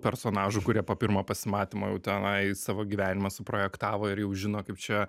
personažų kurie po pirmo pasimatymo jau tenai savo gyvenimą suprojektavo ir jau žino kaip čia